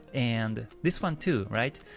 and this one, too, right?